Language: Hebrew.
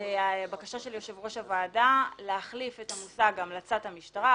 זו בקשה של יושב ראש הוועדה להחליף את המושג המלצת המשטרה,